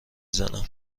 زنم